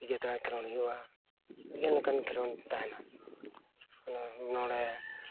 ᱵᱤᱡᱚᱭ ᱫᱟᱲᱮ ᱠᱷᱮᱞᱳᱰ ᱦᱩᱭᱩᱜᱼᱟ ᱟᱹᱰᱤ ᱞᱮᱠᱟᱱ ᱠᱷᱮᱞᱳᱰ ᱛᱟᱦᱮᱱᱟ ᱚᱱᱟ ᱱᱚᱰᱮ